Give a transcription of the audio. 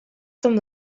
some